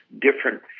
different